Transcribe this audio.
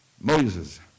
Moses